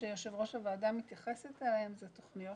שיושבת-ראש הוועדה מתייחסת אליהן הן תוכניות